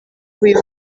uyu